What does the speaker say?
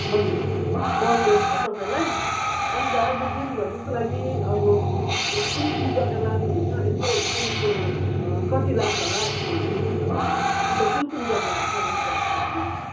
हजुर कल गर्छु है तपाईँलाई अन्त आज दिनभरिको लागि अब कुन कुन जग्गा लानु हुन्छ यसो गाडीको कति लाग्छ होला यसो भनिदिनुहोस् न तपाईँले अन्त कुन कुन जग्गा जानुपर्छ हामी